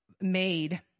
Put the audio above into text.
made